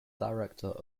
director